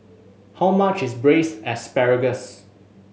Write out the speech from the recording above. how much is Braised Asparagus